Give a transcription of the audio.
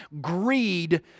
Greed